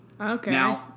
Okay